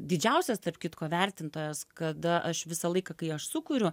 didžiausias tarp kitko vertintojas kada aš visą laiką kai aš sukuriu